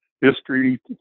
history